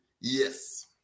Yes